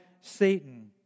Satan